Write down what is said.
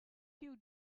you